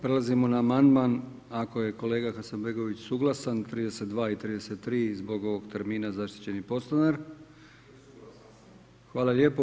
Prelazimo na amandman ako je kolega Hasanbegović suglasan 32. i 33. zbog ovog termina zaštićeni postanar. … [[Upadica se ne čuje.]] Hvala lijepo.